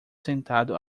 sentado